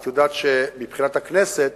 את יודעת שמבחינת הכנסת